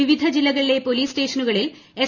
വിവിധ ജില്ലകളിലെ പോലീസ് സ്റ്റേഷനുകളിൽ എസ്